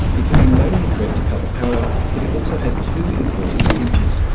it can be manually tripped to cut the power but it also has two important features.